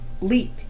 leap